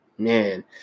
Man